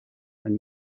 and